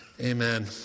Amen